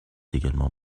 également